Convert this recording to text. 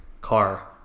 car